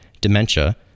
dementia